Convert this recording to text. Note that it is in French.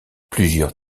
plusieurs